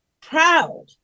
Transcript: proud